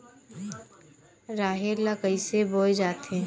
राहेर ल कइसे बोय जाथे?